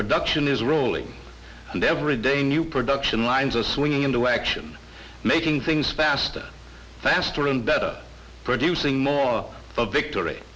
production is rolling and every day new production lines are swinging into action making things faster faster and better producing more the victory